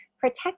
protect